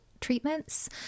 treatments